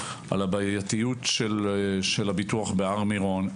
על בעייתיות הביטוח בהר מירון.